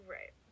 Right